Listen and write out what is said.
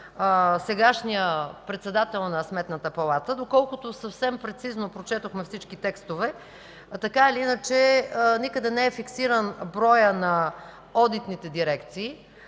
сегашния председател на Сметната палата. Доколкото съвсем прецизно прочетохме всички текстове, никъде не е фиксиран броят на одитните дирекции.